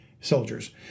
soldiers